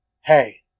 Hey